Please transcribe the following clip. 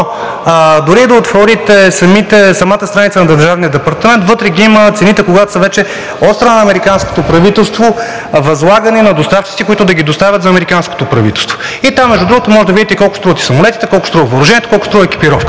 дори да отворите самата страница на Държавния департамент, вътре ги има цените, когато са вече от страна на американското правителство възлагани на доставчици, които да ги доставят за американското правителство. И там, между другото, може да видите колко струват и самолетите, колко струва въоръжението, колко струва екипировката